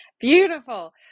Beautiful